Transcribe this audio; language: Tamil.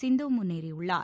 சிந்து முன்னேறியுள்ளார்